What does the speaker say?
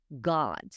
God